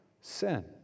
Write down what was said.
sin